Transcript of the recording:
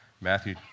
Matthew